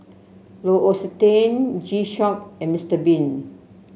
L'Occitane G Shock and Mister Bean